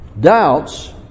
Doubts